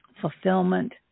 fulfillment